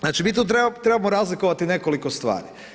Znači mi tu trebamo razlikovati nekoliko stvari.